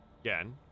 Again